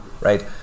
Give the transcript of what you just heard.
right